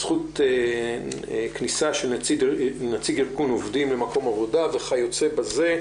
זכות כניסה של נציג ארגון עובדים למקום עבודה וכיוצא בזה,